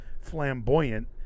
flamboyant